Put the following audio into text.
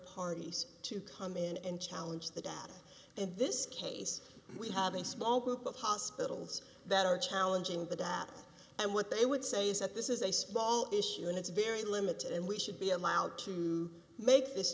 parties to come in and challenge the data in this case we have a small group of hospitals that are challenging the data and what they would say is that this is a small issue and it's very limited and we should be allowed to make this